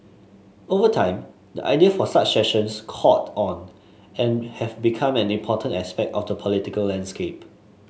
over time the idea for such sessions caught on and have become an important aspect of the political landscape